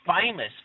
famous